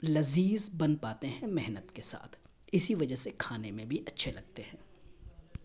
لذیذ بن پاتے ہیں محنت کے ساتھ اسی وجہ سے کھانے میں بھی اچھے لگتے ہیں